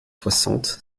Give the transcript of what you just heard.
soixante